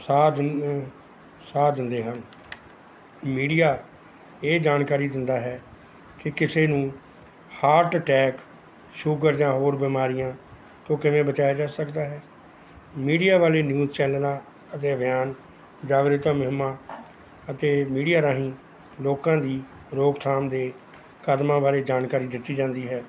ਸਾਰ ਦਿ ਸਾਹ ਦਿੰਦੇ ਹਨ ਮੀਡੀਆ ਇਹ ਜਾਣਕਾਰੀ ਦਿੰਦਾ ਹੈ ਕਿ ਕਿਸੇ ਨੂੰ ਹਾਰਟ ਅਟੈਕ ਸ਼ੂਗਰ ਜਾਂ ਹੋਰ ਬਿਮਾਰੀਆਂ ਤੋ ਕਿਵੇਂ ਬਚਾਇਆ ਜਾ ਸਕਦਾ ਹੈ ਮੀਡੀਆ ਵਾਲੀ ਨਿਊਜ਼ ਚੈਨਲਾਂ ਅਤੇ ਅਭਿਆਨ ਜਾਗਰਿਤਾ ਮੁਹਿੰਮਾਂ ਅਤੇ ਮੀਡੀਆ ਰਾਹੀਂ ਲੋਕਾਂ ਦੀ ਰੋਕਥਾਮ ਦੇ ਕਦਮਾਂ ਬਾਰੇ ਜਾਣਕਾਰੀ ਦਿੱਤੀ ਜਾਂਦੀ ਹੈ